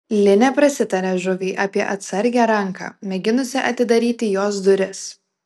li neprasitarė žuviai apie atsargią ranką mėginusią atidaryti jos duris